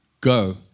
go